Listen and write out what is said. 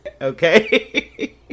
Okay